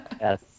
Yes